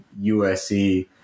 USC